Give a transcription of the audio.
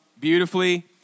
beautifully